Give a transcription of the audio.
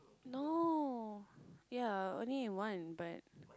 no ya only in one but